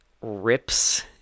rips